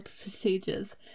procedures